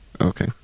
Okay